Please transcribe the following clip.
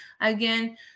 again